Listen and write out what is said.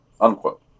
Unquote